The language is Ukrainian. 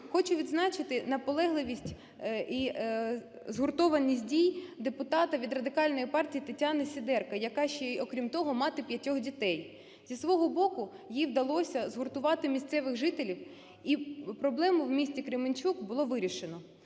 Хочу відзначити наполегливість і згуртованість дій депутата від Радикальної партії Тетяни Сідерки, яка ще й окрім того мати п'ятьох дітей. Зі свого боку їй вдалося згуртувати місцевих жителів, і проблему в місті Кременчук було вирішено.